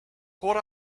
what